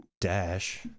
dash